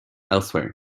elsewhere